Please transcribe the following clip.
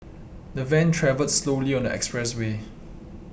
the van travelled slowly on the expressway